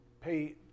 pay